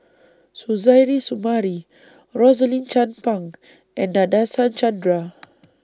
Suzairhe Sumari Rosaline Chan Pang and Nadasen Chandra